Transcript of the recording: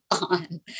on